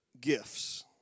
gifts